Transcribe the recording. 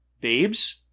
babes